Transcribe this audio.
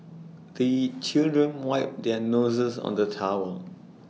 the children wipe their noses on the towel